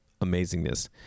amazingness